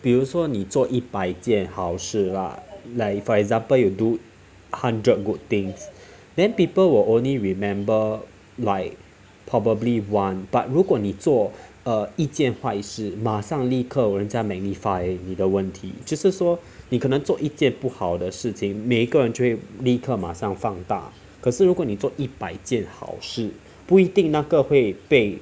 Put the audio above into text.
比如说你做一百件好事 lah like for example you do hundred good things then people will only remember like probably one but 如果你做 err 一件坏事马上立刻人家 magnify 你的问题就是说你可能做一件不好的事情每一个人就会立刻马上放大可是如果你做一百件好事不一定那个会被